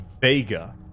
Vega